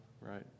right